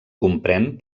comprèn